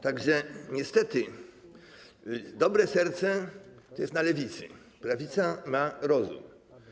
Tak że niestety dobre serce to jest na Lewicy, prawica ma rozum.